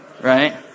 Right